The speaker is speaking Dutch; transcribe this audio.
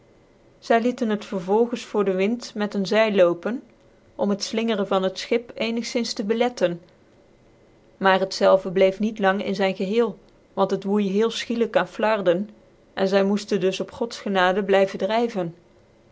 zy lieten het vervolgens voor dc wind met een zeil ioopen om het flingeren van het schip ecnigzins te beletten maar het zelve bleef niet lang in zyn geheel want het woey heel fchiclyk aan flarden en zy moeften dus op godsgenade blyven dryven